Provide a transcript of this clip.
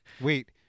Wait